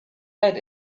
lead